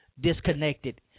disconnected